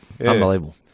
Unbelievable